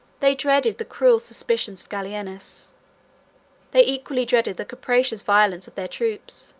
they dreaded the cruel suspicions of gallienus they equally dreaded the capricious violence of their troops